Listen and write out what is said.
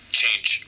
change